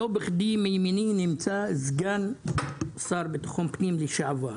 לא בכדי נמצא מימיני סגן השר לבטחון פנים לשעבר,